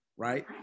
right